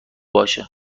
باشه